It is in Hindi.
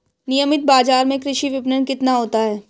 नियमित बाज़ार में कृषि विपणन कितना होता है?